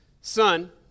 Son